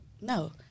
no